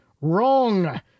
Wrong